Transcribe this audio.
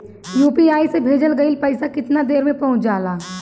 UPI से भेजल गईल पईसा कितना देर में पहुंच जाला?